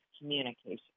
communication